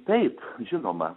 taip žinoma